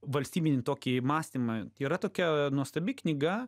valstybinį tokį mąstymą yra tokia nuostabi knyga